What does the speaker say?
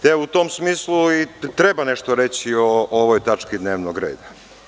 Te, u tom smislu i treba nešto reći o ovoj tački dnevnog reda.